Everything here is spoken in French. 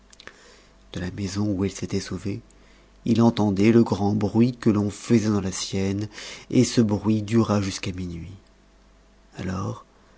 de la maison où il s'était sauvé il entendait le grand bruit que l'on faisait dans la sienne et ce bruit dura jusqu'à minuit alors